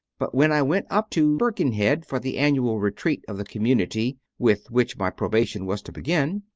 but when i went up to birkenhead for the annual retreat of the community with which my probation was to begin,